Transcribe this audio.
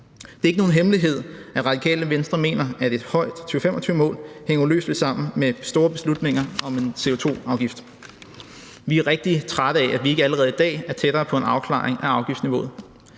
Det er ikke nogen hemmelighed, at Radikale Venstre mener, at et højt 2025-mål hænger uløseligt sammen med store beslutninger om en CO2-afgift. Vi er rigtig trætte af, at vi ikke allerede i dag er tættere på en afklaring af afgiftsniveauet,